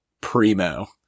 primo